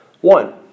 One